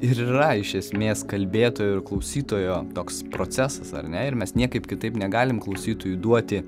ir yra iš esmės kalbėtojo ir klausytojo toks procesas ar ne ir mes niekaip kitaip negalim klausytojui duoti